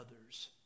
others